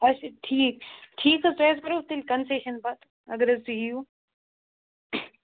اچھا ٹھیٖک ٹھیٖک حظ تُہۍ حظ کَرو تیٚلہِ کَنسیشَن پَتہٕ اگر حظ تُہۍ یِیِو